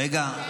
רגע,